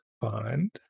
find